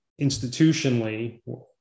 institutionally